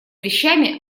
вещами